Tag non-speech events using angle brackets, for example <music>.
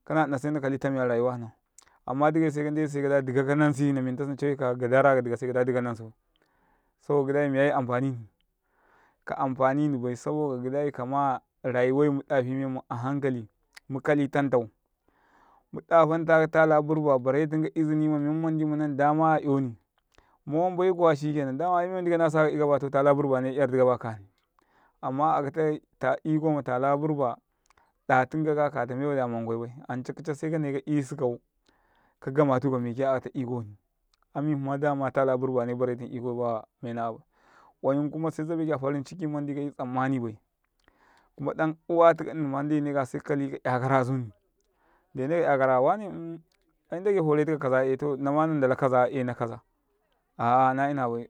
Kana nna se nakali tami arayu nuu amma dika kanansi dika nacawe ka kadikau se kada dika kenansi bai, saboka gidai miya amfani ka amfanini bai saboka gidai kama rayuwai munda fantakau tala burba bare tinkau izini ma men mandi munan dama 'yoni. Muwam baikwa shikenan mem mandi kanasakau ika baya to tala burba yardi kaba a ka hni. Amma aka <hesitation> iko matala burba ɗa tun kaka kata meyya mangwai bai se kanai kai sukau ka gutu ka mike akat iko hni ami hma dama tala burbane baretika iko baya. Mena'a bai oyum kumase zabeka a farin ciki mandi kaya tsammani bai ɗan uwatika nnima ndene ka yakaraya wane am. In ndage fare tikaka kajaye nnama na ndala kaza ena kaza, aana inabai.